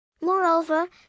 Moreover